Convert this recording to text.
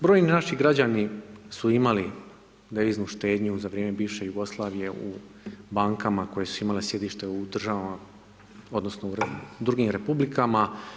Brojni naši građani su imali deviznu štednju za vrijeme bivše Jugoslavije u bankama koje su imale sjedište u državama odnosno u drugim republikama.